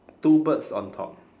two birds on top